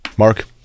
Mark